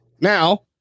Now